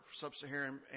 Sub-Saharan